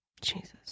Jesus